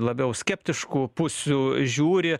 labiau skeptiškų pusių žiūri